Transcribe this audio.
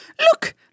Look